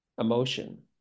emotion